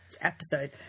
episode